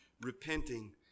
repenting